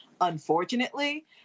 unfortunately